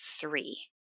three